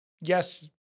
Yes